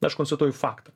aš konstatuoju faktą